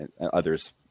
others